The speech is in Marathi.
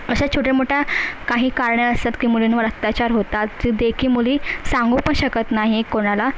अशा छोट्या मोठ्या काही कारणं असतात की मुलींवर अत्याचार होतात जे की मुली सांगू पण शकत नाही कुणाला